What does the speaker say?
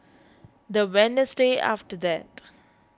the Wednesday after that